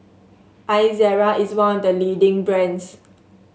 Ezerra is one of the leading brands